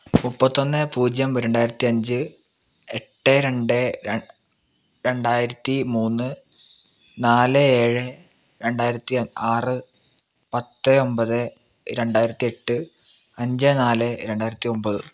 മുപ്പത്തൊന്ന് പൂജ്യം രണ്ടായിരത്തി അഞ്ച് എട്ട് രണ്ട് ര രണ്ടായിരത്തി മൂന്ന് നാല് ഏഴ് രണ്ടായിരത്തി അ ആറ് പത്ത് ഒമ്പത് രണ്ടായിരത്തി എട്ട് അഞ്ച് നാല് രണ്ടായിരത്തി ഒമ്പത്